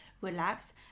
relax